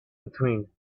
between